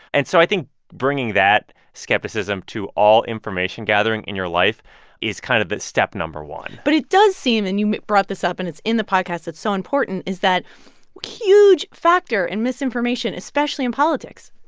and so i think bringing that skepticism to all information gathering in your life is kind of step number one but it does seem and you brought this up, and it's in the podcast, it's so important is that a huge factor in misinformation, especially in politics,